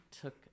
took